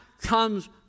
comes